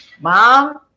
mom